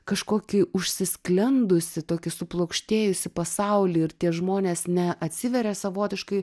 kažkokį užsisklendusį tokį suplokštėjusį pasaulį ir tie žmonės ne atsiveria savotiškai